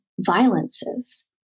violences